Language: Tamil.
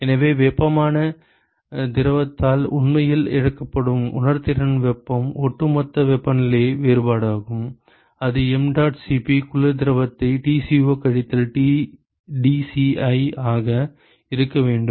எனவே வெப்பமான திரவத்தால் உண்மையில் இழக்கப்படும் உணர்திறன் வெப்பம் ஒட்டுமொத்த வெப்பநிலை வேறுபாடாகும் அது Mdot Cp குளிர் திரவத்தை Tco கழித்தல் dci ஆக இருக்க வேண்டும்